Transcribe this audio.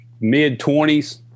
mid-20s